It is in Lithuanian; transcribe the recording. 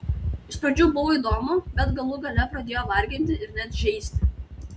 iš pradžių buvo įdomu bet galų gale pradėjo varginti ir net žeisti